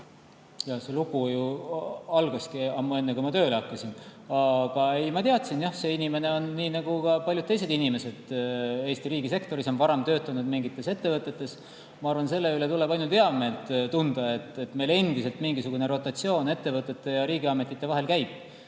See lugu algaski ammu enne, kui ma tööle hakkasin. Aga ma teadsin, jah, et see inimene on nii nagu ka paljud teised inimesed Eesti riigisektoris varem töötanud mingites ettevõtetes. Ma arvan, et selle üle tuleb ainult heameelt tunda, et meil endiselt rotatsioon ettevõtete ja riigiametite vahel käib.